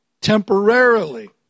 temporarily